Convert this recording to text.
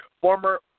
Former